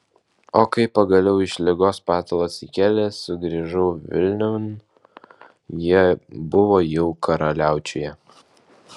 o kai pagaliau iš ligos patalo atsikėlęs sugrįžau vilniun jie buvo jau karaliaučiuje